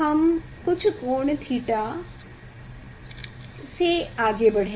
हम कुछ कोण थीटा के साथ आगे बढ़ेंगे